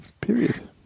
Period